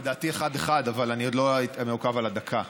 לדעתי 1 1, אבל אני עוד לא מעודכן על הדקה.